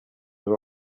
même